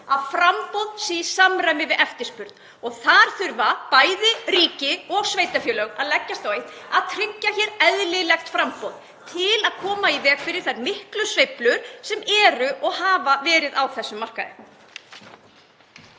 að framboð sé í samræmi við eftirspurn. Þar þurfa bæði ríki og sveitarfélög að leggjast á eitt til að tryggja hér eðlilegt framboð til að koma í veg fyrir þær miklu sveiflur sem eru og hafa verið á þessum markaði.